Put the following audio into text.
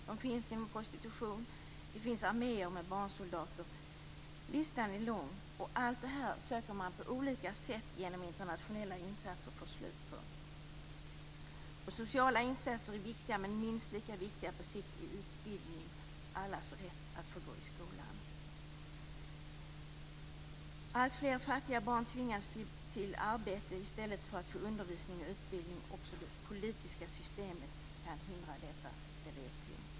De finns inom prostitution. Det finns arméer med barnsoldater. Listan är lång. Allt detta försöker man på olika sätt genom internationella insatser få slut på. Sociala insatser är viktiga, men minst lika viktigt på sikt är utbildning - allas rätt att få gå i skolan. Alltfler fattiga barn tvingas till arbete i stället för att få undervisning och utbildning. Vi vet att det politiska systemet kan hindra detta.